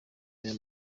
aya